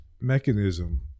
mechanism